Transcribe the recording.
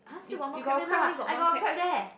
you you got a crab ah I got a crab leh